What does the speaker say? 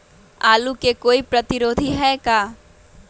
आलू के कोई प्रतिरोधी है का?